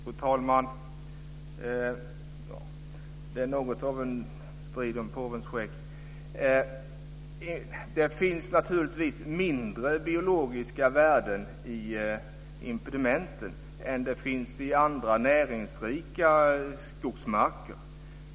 Fru talman! Det är något av en strid om påvens skägg. Det finns naturligtvis mindre biologiska värden i impedimenten än det finns i andra näringsrika skogsmarker.